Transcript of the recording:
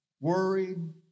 worried